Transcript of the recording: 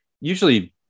usually